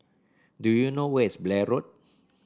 do you know where is Blair Road